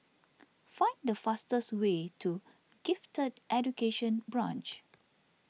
find the fastest way to Gifted Education Branch